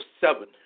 seven